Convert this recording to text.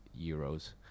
euros